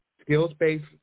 skills-based